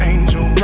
Angel